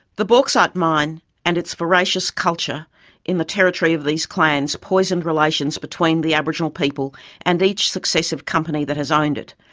the bauxite mine and its voracious culture in the territory of these clans poisoned relations between the aboriginal people and each successive company that has owned it.